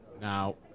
Now